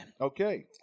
Okay